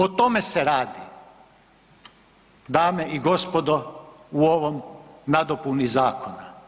O tome se radi, dame i gospodo u ovoj nadopuni zakona.